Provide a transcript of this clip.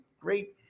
great